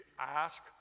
ask